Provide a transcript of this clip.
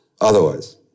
otherwise